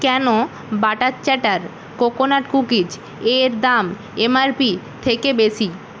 কেন butter chatter coconut cookies এর দাম এমআরপি থেকে বেশি